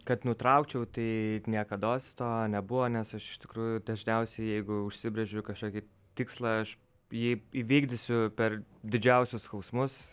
kad nutraukčiau tai niekados to nebuvo nes aš iš tikrųjų dažniausiai jeigu užsibrėžiu kažkokį tikslą aš jį įvykdysiu per didžiausius skausmus